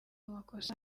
amakosa